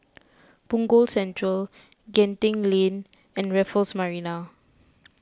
Punggol Central Genting Lane and Raffles Marina